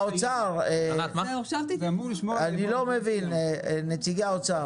האוצר, אני לא מבין, נציגי האוצר.